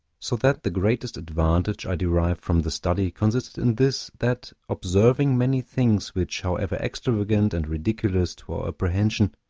so that the greatest advantage i derived from the study consisted in this, that, observing many things which, however extravagant and ridiculous to our apprehension,